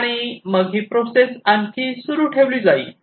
आणि मग ही प्रोसेस आणखी सुरू ठेवली जाईल